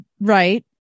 right